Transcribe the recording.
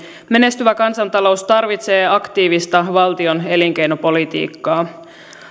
menestyvä kansantalous tarvitsee aktiivista valtion elinkeinopolitiikkaa